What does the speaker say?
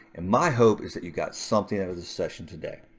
and my hope is that you got something out of the session today.